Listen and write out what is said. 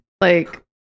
Like-